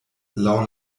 laŭ